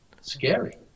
scary